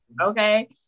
Okay